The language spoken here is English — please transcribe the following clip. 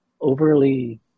overly